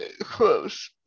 close